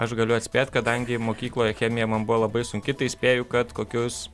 aš galiu atspėt kadangi mokykloje chemija man buvo labai sunki tai spėju kad kokius